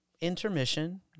intermission